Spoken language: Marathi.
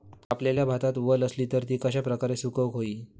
कापलेल्या भातात वल आसली तर ती कश्या प्रकारे सुकौक होई?